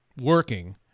working